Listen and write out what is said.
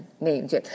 Names